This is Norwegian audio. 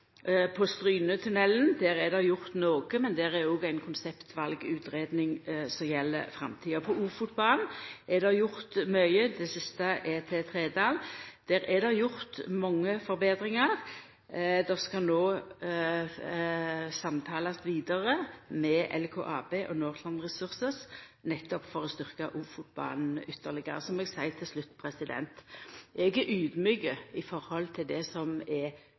er det gjort noko, men der er det òg ei konseptvalutgreiing som gjeld framtida. På Ofotbanen er det gjort mykje – det siste er til Trældal – der er det gjort mange forbetringar. Det skal no samtalast vidare med LKAB og Northland Resources nettopp for å styrkja Ofotbanen ytterlegare. Så må eg seia til slutt: Eg er audmjuk i forhold til det som er